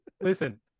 Listen